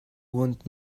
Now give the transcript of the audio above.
want